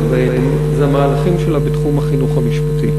בהם זה המהלכים שלה בתחום החינוך המשפטי,